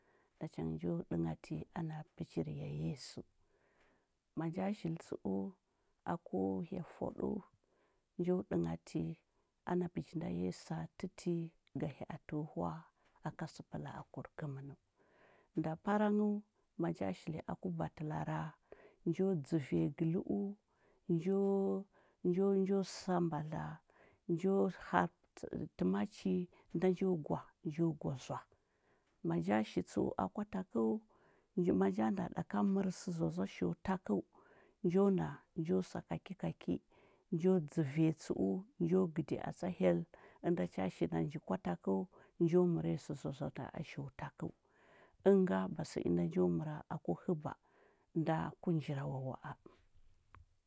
Nacha ngə njo ɗənghatə ana pəchir yar yesu. Ma nja shil tsəu, aku hya fwaɗəu, njo ɗənghatə ana bəji nda yesu a tə ti, ga hya atə o hwa aka səpəla akur kəmən. Nda parang, ma nja shili aku batəlara, njo dzəviya gələ u, njo- njo njo sa mbadla njo hatə təmachi nda njo gwa njo gwa zoa. Ma nja shi tsəu, akwa takəu, ngə ma nja nda ɗa a mər sə zoazoa sho takəu, njo na njo sa ka ki ka ki, njo dzəviya tsəu, njo gədi atsa hyel ənda cha shina nji kwa takəu, njo məriya sə zoazoa nda nja sho takəu. Ənga ba sə inda jo məra aku həba nda ku njirawawa a.